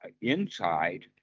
inside